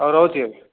ହଉ ରହୁଛି ଆଜ୍ଞା